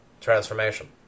Transformation